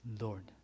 Lord